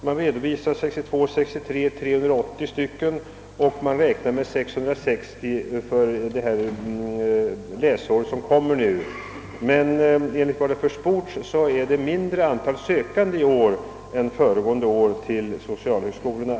För läsåret 1962/63 redovisades 380 utbildade socionomer, medan man för nästkommande läsår räknar med 660. Enligt vad som försports är det dock ett mindre antal ansökningar i år än föregående år till socialhögskolorna.